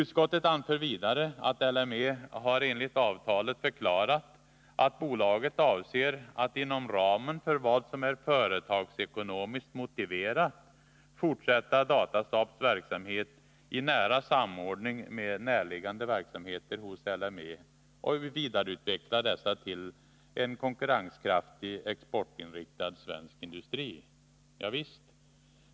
Utskottet anför vidare att LME enligt avtalet har förklarat att bolaget avser att inom ramen för vad som är företagsekonomiskt motiverat fortsätta Datasaabs verksamhet i nära samordning med närliggande verksamheter hos LME och vidareutveckla dessa till en konkurrenskraftig exportinriktad svensk industri. Javisst.